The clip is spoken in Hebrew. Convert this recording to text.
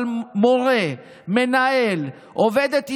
אבל מורה, מנהל, עובדת עירייה,